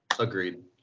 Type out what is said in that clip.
Agreed